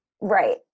Right